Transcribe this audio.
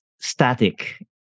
static